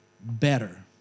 better